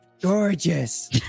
gorgeous